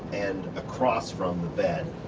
and across from the bed.